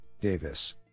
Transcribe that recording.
Davis